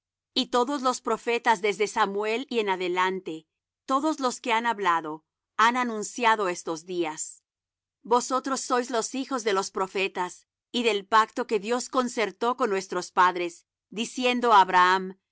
y todos los profetas desde samuel y en adelante todos los que han hablado han anunciado estos días vosotros sois los hijos de los profetas y del pacto que dios concertó con nuestros padres diciendo á abraham